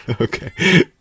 Okay